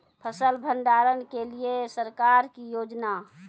फसल भंडारण के लिए सरकार की योजना?